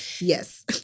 Yes